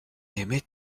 aimait